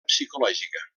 psicològica